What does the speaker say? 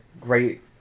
great